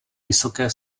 vysoké